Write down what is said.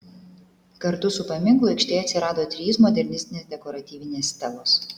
kartu su paminklu aikštėje atsirado trys modernistinės dekoratyvinės stelos